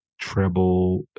Treble